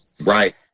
Right